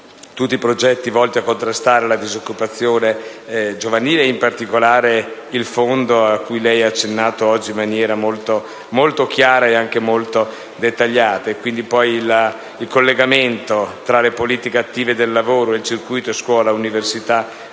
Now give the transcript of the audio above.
tutti i progetti volti a contrastare la disoccupazione giovanile, e in particolare il fondo a cui lei ha accennato in maniera molto chiara e dettagliata. E ancora, il collegamento tra le politiche attive del lavoro e il circuito scuola-università-lavoro,